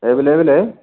available है